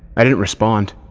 i didn't respond,